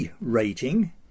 rating